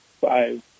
five